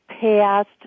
past